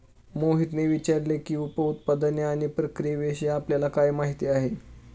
मोहितने विचारले की, उप उत्पादने आणि प्रक्रियाविषयी आपल्याला काय माहिती आहे?